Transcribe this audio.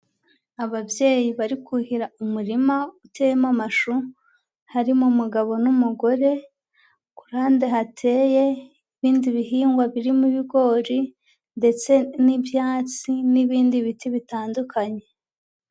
Ababyeyi bari kuhira umurima uteyemo amashu, harimo umugabo n'umugore, ku ruhande hateye ibindi bihingwa birimo ibigori ndetse n'ibyatsi, n'ibindi biti bitandukanye.